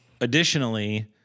Additionally